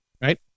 right